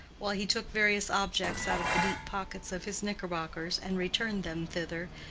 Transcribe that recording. while he took various objects out of the deep pockets of his knickerbockers and returned them thither,